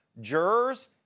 jurors